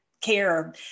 care